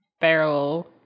barrel